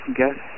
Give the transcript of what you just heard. guess